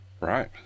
Right